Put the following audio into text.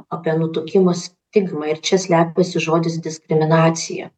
apie nutukimo stigmą ir čia slepiasi žodis diskriminacija